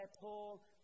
Paul